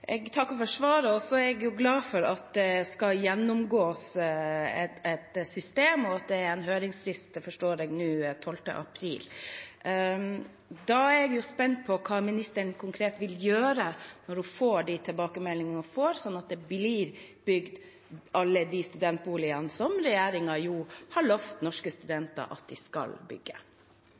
Jeg takker for svaret. Jeg er glad for at et system skal gjennomgås, og det er en høringsfrist, forstår jeg nå, den 12. april. Da er jeg spent på hva statsråden konkret vil gjøre når hun får de tilbakemeldingene, slik at alle de studentboligene som regjeringen har lovet norske studenter at de skal bygge,